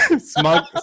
Smug